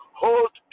hold